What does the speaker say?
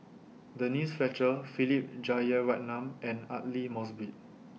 Denise Fletcher Philip Jeyaretnam and Aidli Mosbit